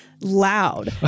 loud